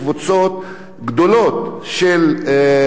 בפריפריה בעיקר,